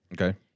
Okay